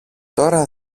τώρα